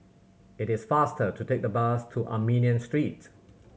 it is faster to take the bus to Armenian Street